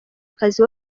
akazi